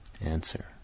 answer